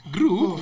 Group